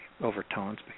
overtones